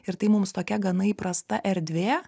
ir tai mums tokia gana įprasta erdvė